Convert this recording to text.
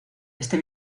este